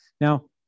now